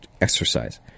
exercise